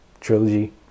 trilogy